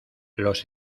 los